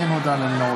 הינני מתכבד להודיעכם,